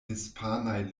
hispanaj